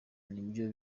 nibyo